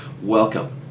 Welcome